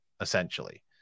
essentially